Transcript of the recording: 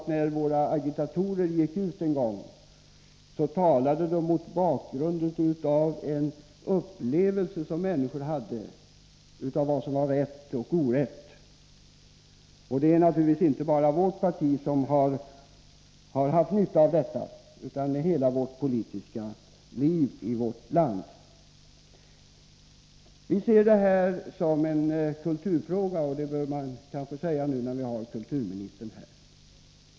När våra agitatorer gick ut en gång talade de mot bakgrund av en upplevelse som människorna hade av vad som var rätt och orätt. Det är naturligtvis inte bara vårt parti som har haft nytta av detta, utan hela det politiska livet i vårt land. Vi ser det här bl.a. som en kulturfråga — det bör man kanske säga nu när vi har kulturministern här.